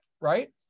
right